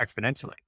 exponentially